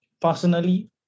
Personally